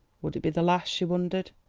would it be the last, she wondered?